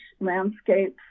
landscapes